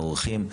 האורחים,